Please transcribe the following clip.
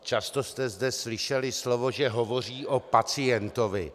Často jste zde slyšeli slovo, že hovoří o pacientovi.